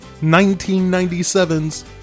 1997's